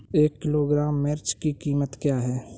एक किलोग्राम मिर्च की कीमत क्या है?